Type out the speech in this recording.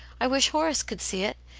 i wish horace could see it.